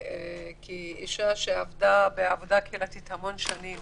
כאישה שעבדה בעבודה קהילתית המון שנים